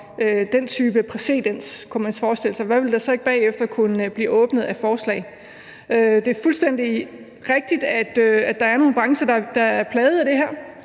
den type præcedens, man kunne forestille sig. Hvad ville der så ikke bagefter kunne blive åbnet for af forslag? Det er fuldstændig rigtigt, at der er nogle brancher, der er plaget af det her,